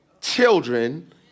children